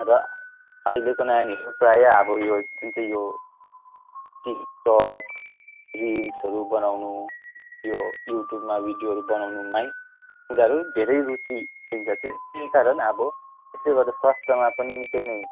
र अहिलेको नानीहरू प्रायः अब यो जुन चाहिँ यो टिकटक रिल्सहरू बनाउनु यो युट्युबमा भिडियोहरू बनाउनुमै उनीहरू धेरै रुचि लिन्छ त्यसै कारण अब त्यसले गर्दा स्वास्थ्यमा पनि निकै नै